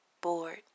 Bored